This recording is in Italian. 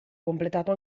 completato